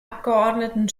abgeordneten